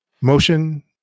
motion